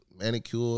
manicure